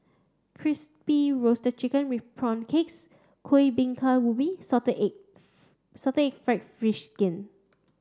crispy roasted chicken with prawn crackers Kueh Bingka Ubi salted eggs salted egg fried fish skin